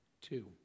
Two